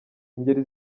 ingeri